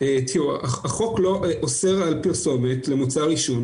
החוק לא אסור על פרסומת למוצר עישון.